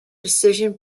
decision